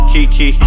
Kiki